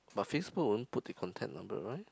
but FaceBook won't put in contact number right